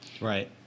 Right